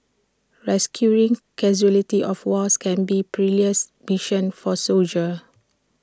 rescuing casualties of wars can be perilous mission for soldiers